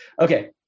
Okay